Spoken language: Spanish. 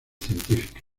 científicas